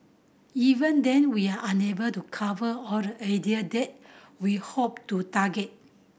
even then we are unable to cover all the area that we hope to target